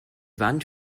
wand